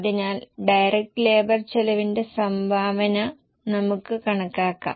അതിനാൽ direct labour ചെലവിന്റെ സംഭാവന നമുക്ക് കണക്കാക്കാം